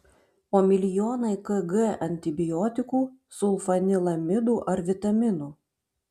o milijonai kg antibiotikų sulfanilamidų ar vitaminų